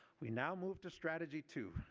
we now move to strategy two.